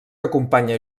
acompanya